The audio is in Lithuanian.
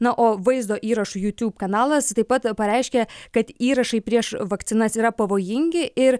na o vaizdo įrašų jutub kanalas taip pat pareiškė kad įrašai prieš vakcinas yra pavojingi ir